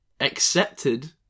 accepted